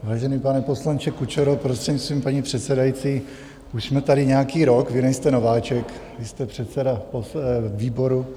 Vážený pane poslanče Kučero, prostřednictvím paní předsedající, už jsme tady nějaký rok, vy nejste nováček, vy jste předseda výboru.